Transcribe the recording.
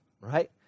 right